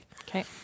Okay